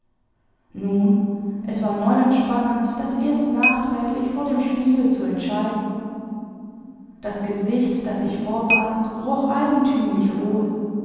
nun es war neu und spannend das erst nachträglich vor dem spiegel zu entscheiden das gesicht das ich vorband roch eigentümlich hohl